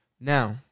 Now